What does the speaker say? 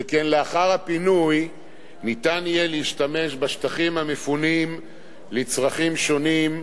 שכן לאחר הפינוי ניתן יהיה להשתמש בשטחים המפונים לצרכים שונים,